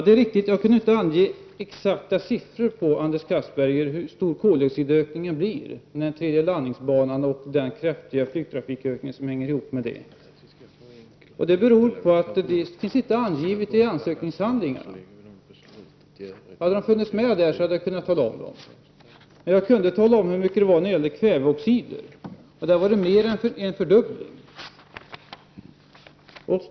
Det är riktigt, Anders Castberger, att jag inte kan ange exakta siffror på hur stor koldioxidökningen blir med en tredje landningsbana och den kraftiga flygtrafikökning som hänger ihop med den. Det beror på att det inte finns angivet i ansökningshandlingarna. Hade siffrorna funnits med där, hade jag kunnat tala om dem. Men jag kan tala om hur mycket det är när det gäller kväveoxid. Där var det mer än en fördubbling.